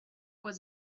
was